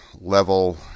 level